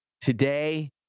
Today